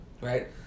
right